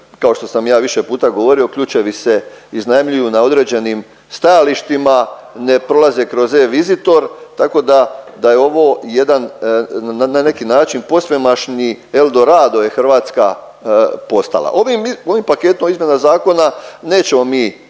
kao što sam ja više puta govorio ključevi se iznajmljuju na određenim stajalištima, ne prolaze kroz e-visitor tako da, da je ovo jedan na neki način posvemašni eldorado je Hrvatska postala. Ovim paketom izmjena zakona nećemo mi to